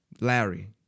Larry